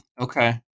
Okay